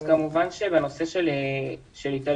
אז כמובן שבנושא של התעללות,